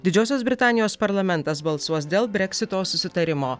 didžiosios britanijos parlamentas balsuos dėl breksito susitarimo